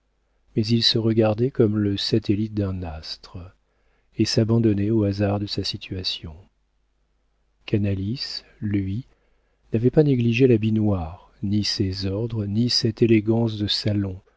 mais il se regardait comme le satellite d'un astre et s'abandonnait aux hasards de sa situation canalis lui n'avait pas négligé l'habit noir ni ses ordres ni cette élégance de salon